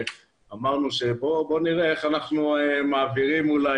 אמרנו שנראה איך אנחנו מעבירים כי אולי